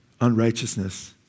unrighteousness